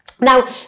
Now